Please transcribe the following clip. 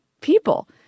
people